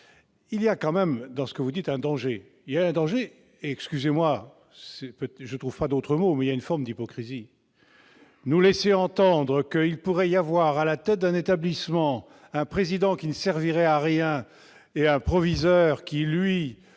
Il y a tout de même dans ce que vous dites un danger et- veuillez m'excuser, je ne trouve pas d'autre mot -une forme d'hypocrisie. Nous laisser entendre qu'il pourrait y avoir à la tête d'un établissement un président qui ne servirait à rien et un proviseur qui, lui,